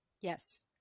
Yes